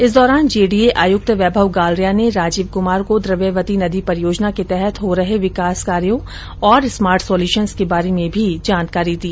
इस दौरान जेडीए आयुक्त वैभव गालरिया ने राजीव कुमार को द्रव्यवती नदी परियोजना के तहत हो रहे विकास कार्यो और स्मार्ट सोल्यूशन्स के बार्रे में भी जानकारी दी